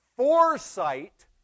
foresight